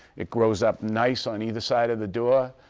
it grows up nice on either side of the door,